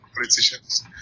politicians